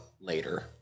later